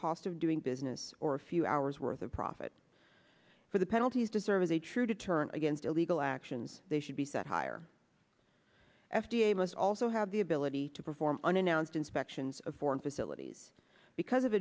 cost of doing business or a few hours worth of profit for the penalties deserves a true deterrent against illegal actions they should be set higher f d a must also have the ability to perform unannounced inspections of foreign facilities because of